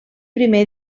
primer